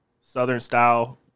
southern-style